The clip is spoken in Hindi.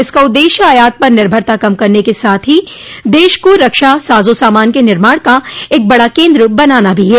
इसका उद्देश्य आयात पर निर्भरता कम करने के साथ ही देश को रक्षा साजो सामान के निर्माण का एक बड़ा केन्द्र बनाना भी है